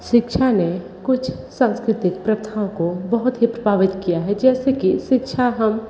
शिक्षा ने कुछ सांस्कृतिक प्रथाओं को बहुत ही प्रभावित किया है जैसे कि शिक्षा हम